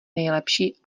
nejlepší